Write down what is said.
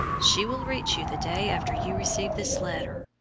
she will reach you the day after you receive this letter.